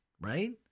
right